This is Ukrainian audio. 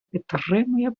підтримує